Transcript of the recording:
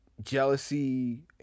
jealousy